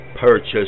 purchase